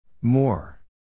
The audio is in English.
More